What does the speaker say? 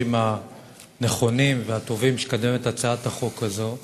הנכונים והטובים שהצעת החוק הזאת מקדמת.